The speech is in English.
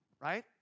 right